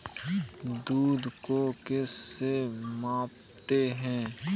दूध को किस से मापते हैं?